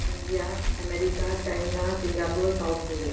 India America China Singapore South Korea